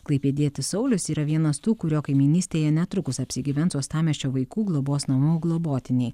klaipėdietis saulius yra vienas tų kurio kaimynystėje netrukus apsigyvens uostamiesčio vaikų globos namų globotiniai